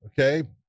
okay